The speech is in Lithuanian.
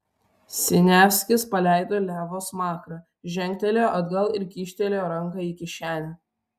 siniavskis paleido levo smakrą žengtelėjo atgal ir kyštelėjo ranką į kišenę